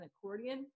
accordion